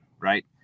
right